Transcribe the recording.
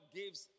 gives